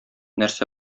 нәрсә